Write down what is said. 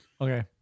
Okay